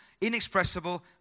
inexpressible